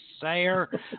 sayer